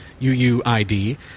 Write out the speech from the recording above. uuid